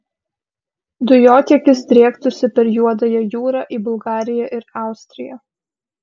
dujotiekis driektųsi per juodąją jūrą į bulgariją ir austriją